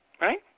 Right